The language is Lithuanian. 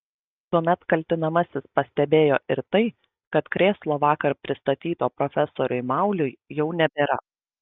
tuomet kaltinamasis pastebėjo ir tai kad krėslo vakar pristatyto profesoriui mauliui jau nebėra